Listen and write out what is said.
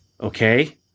Okay